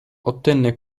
ottenne